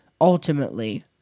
ultimately